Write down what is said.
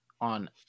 on